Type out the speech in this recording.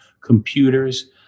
computers